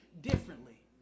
differently